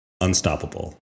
Unstoppable